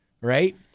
Right